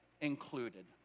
included